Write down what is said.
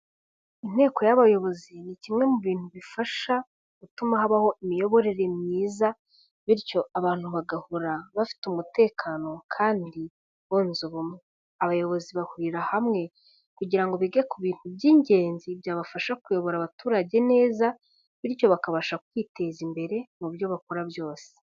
Inteko y'abayobozi ni kimwe mu bintu bifasha gutuma habaho imiyoborere myiza, bityo abantu bagahora bafite umutekano kandi bunze ubumwe. Abayobozi bahurira hamwe kugira ngo bige ku bintu by'ingenzi byabafasha kuyobora abaturage neza, bityo bakabasha kwiteza imbere mu byo bakora byose.